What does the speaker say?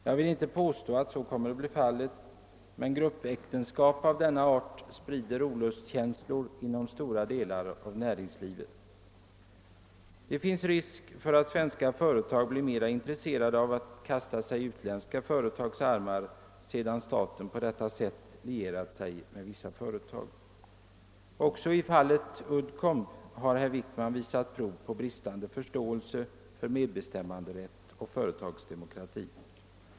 Jag vill inte påstå att så kommer att bli fallet, men gruppäktenskap av denna art sprider olustkänslor inom stora delar av näringslivet. Det finns risk för att svenska företag blir mera intresserade av att kasta sig i utländska företags armar sedan staten på detta sätt lierat sig med vissa företag. Också i fallet Uddcomb har herr Wickman visat prov på bristande förståelse för medbestämmanderätt och företagsdemokrati.